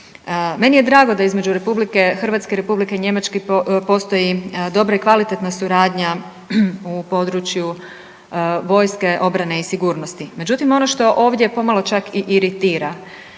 Meni je drago da između Republike Hrvatske i Republike Njemačke postoji dobra i kvalitetna suradnju u području vojske, obrane i sigurnosti, međutim ono što ovdje pomalo čak i iritira